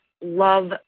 love